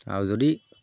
আৰু যদি